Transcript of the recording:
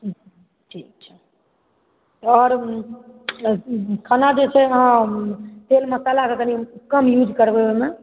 ठीक छै आओर खाना जे छै अहाँ तेल मसल्लाके कनि कम यूज़ करबै ओहिमे